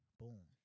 boom